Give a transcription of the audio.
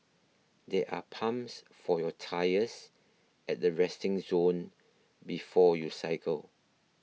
there are pumps for your tyres at the resting zone before you cycle